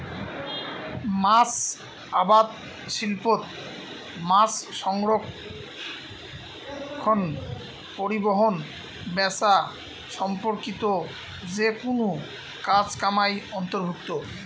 মাছ আবাদ শিল্পত মাছসংরক্ষণ, পরিবহন, ব্যাচা সম্পর্কিত যেকুনো কাজ কামাই অন্তর্ভুক্ত